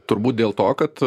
turbūt dėl to kad